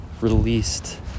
released